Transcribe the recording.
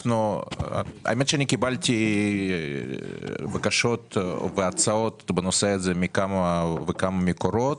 קיבלתי בקשות והצעות בנושא הזה מכמה וכמה מקורות,